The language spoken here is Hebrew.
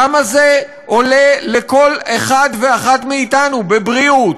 כמה זה עולה לכל אחד ואחת מאתנו בבריאות,